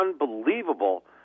unbelievable